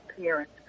parents